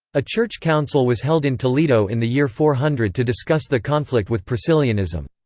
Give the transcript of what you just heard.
a church council was held in toledo in the year four hundred to discuss the conflict with priscillianism.